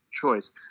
choice